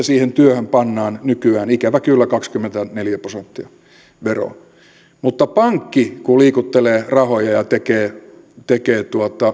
siihen työhön pannaan nykyään ikävä kyllä kaksikymmentäneljä prosenttia veroa mutta pankki kun liikuttelee rahoja ja tekee tekee